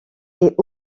est